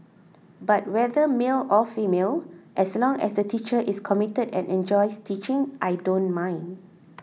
but whether male or female as long as the teacher is committed and enjoys teaching I don't mind